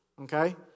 okay